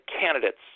candidates